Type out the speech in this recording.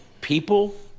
people